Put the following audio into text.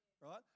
right